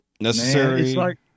necessary